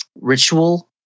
ritual